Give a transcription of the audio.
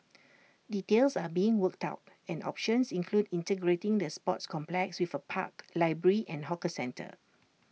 details are being worked out and options include integrating the sports complex with A park library and hawker centre